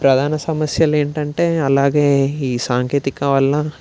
ప్రధాన సమస్యలు ఏంటంటే అలాగే ఈ సాంకేతిక వల్ల